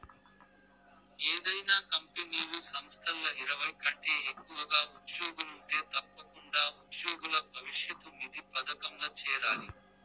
ఏదైనా కంపెనీలు, సంస్థల్ల ఇరవై కంటే ఎక్కువగా ఉజ్జోగులుంటే తప్పకుండా ఉజ్జోగుల భవిష్యతు నిధి పదకంల చేరాలి